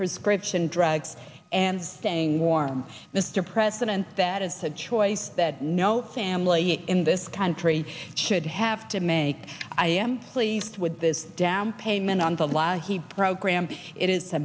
prescription drugs and staying warm mr president that is a choice that no family in this country should have to make i am pleased with this down payment on the law he program it is a